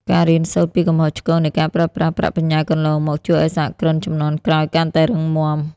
ការរៀនសូត្រពីកំហុសឆ្គងនៃការប្រើប្រាស់ប្រាក់បញ្ញើកន្លងមក ជួយឱ្យសហគ្រិនជំនាន់ក្រោយកាន់តែរឹងមាំ។